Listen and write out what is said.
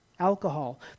alcohol